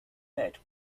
bed